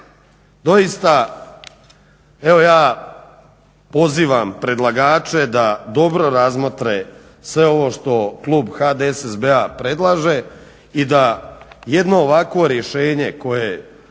Doista evo ja pozivam predlagače da dobro razmotre sve ovo što klub HDSSB-a predlaže i da jedno ovakvo rješenje koje